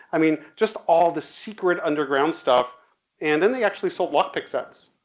i mean just all the secret underground stuff and then they actually sold lock pick sets.